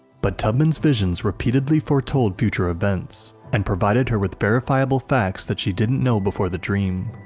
but tubman's visions repeatedly foretold future events, and provided her with verifiable facts that she didn't know before the dream.